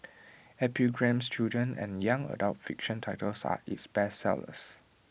epigram's children and young adult fiction titles are its bestsellers